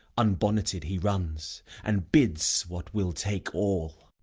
unbonneted he runs, and bids what will take all.